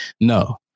no